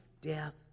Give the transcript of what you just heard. death